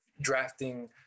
drafting